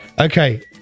Okay